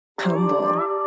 humble